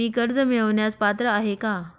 मी कर्ज मिळवण्यास पात्र आहे का?